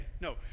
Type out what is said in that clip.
No